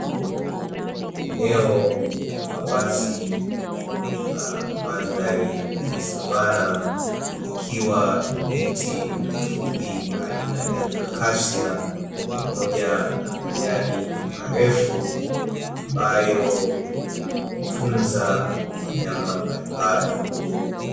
Eneo la wazi la mandhari ya savana likiwa na miti mifupi aina ya akashia pamoja na majani marefu ambayo hutunza wanyama mbalimbali.